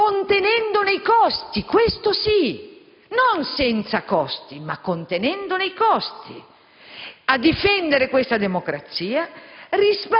contenendone i costi. Questo sì: non senza costi, ma contenendone i costi. Difendere questa democrazia